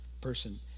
person